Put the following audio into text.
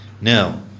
Now